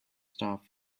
start